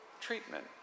treatment